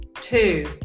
Two